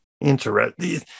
Interesting